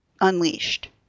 unleashed